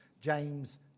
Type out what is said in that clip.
James